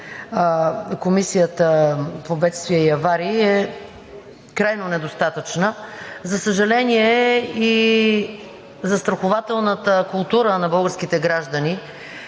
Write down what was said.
Комисията по бедствия и аварии, е крайно недостатъчна. За съжаление, и застрахователната култура на българските граждани